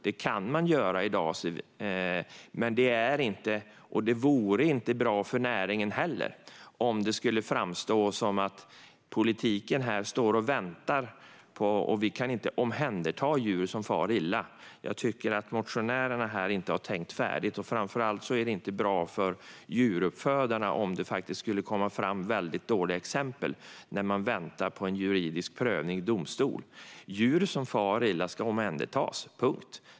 Det kan man göra i dag, men det vore inte bra för näringen heller om det skulle framstå som att politiken står och väntar och som att vi inte kan omhänderta djur som far illa. Jag tycker att motionärerna här inte har tänkt färdigt. Framför allt är det inte bra för djuruppfödarna om det skulle komma fram väldigt dåliga exempel när man väntar på en juridisk prövning i domstol. Djur som far illa ska omhändertas - punkt.